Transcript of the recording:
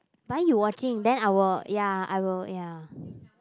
but then you watching then I will ya I will ya